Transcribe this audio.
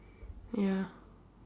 ya